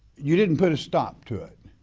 you didn't put a stop to it.